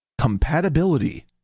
Compatibility